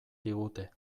digute